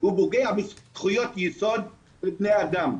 הוא פוגע בזכויות יסוד של בני אדם.